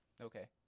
okay